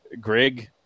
Grig